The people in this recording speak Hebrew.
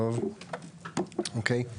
אוקיי.